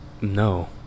No